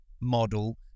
model